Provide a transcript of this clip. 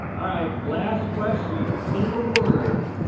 alright, last question. in a word,